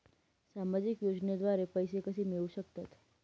सामाजिक योजनेद्वारे पैसे कसे मिळू शकतात?